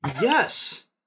Yes